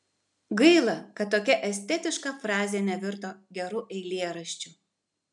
gaila kad tokia estetiška frazė nevirto geru eilėraščiu